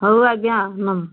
ହଉ ଆଜ୍ଞା ନମୁ